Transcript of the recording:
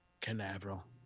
Canaveral